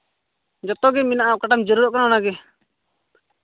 ᱡᱚᱛᱚ ᱜᱮ ᱢᱮᱱᱟᱜᱼᱟ ᱚᱠᱟᱴᱟᱜ ᱮᱢ ᱡᱟᱹᱨᱩᱲᱚᱜ ᱠᱟᱱᱟ ᱚᱱᱟᱜᱮ